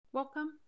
Welcome